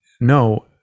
no